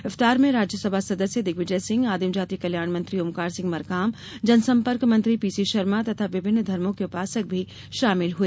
इफ्तार में राज्यसभा सदस्य दिग्विजय सिंह आदिम जाति कल्याण मंत्री ओमकार सिंह मरकाम जनसम्पर्क मंत्री पीसी शर्मा तथा विभिन्न धर्मो के उपासक भी शामिल हए